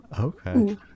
Okay